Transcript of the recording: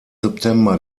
september